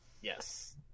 Yes